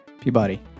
Peabody